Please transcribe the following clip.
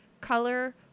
color